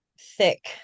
thick